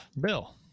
Bill